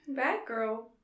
Batgirl